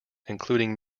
including